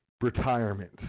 retirement